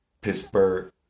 Pittsburgh